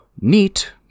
Neat